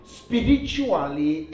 spiritually